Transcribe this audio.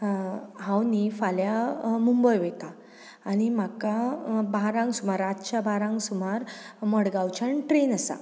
हांव न्ही फाल्यां मुंबय वयतां आनी म्हाका बारांक सुमार रातच्या बारांक सुमार मडगांवच्यान ट्रेन आसा